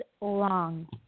long